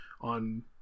on